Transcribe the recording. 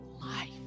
life